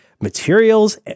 materials